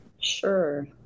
sure